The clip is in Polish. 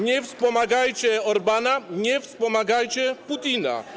Nie wspomagajcie Orbána, nie wspomagajcie Putina.